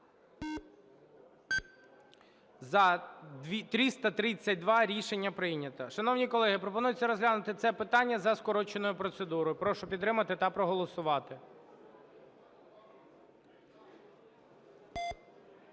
За-332 Рішення прийнято. Шановні колеги, пропонується розглянути це питання за скороченою процедурою. Прошу підтримати та проголосувати.